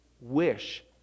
wish